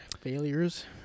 failures